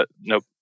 Nope